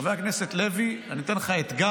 חבר הכנסת לוי, אני אתן לך אתגר.